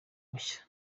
mushya